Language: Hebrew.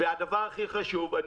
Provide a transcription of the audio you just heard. הדבר הכי חשוב,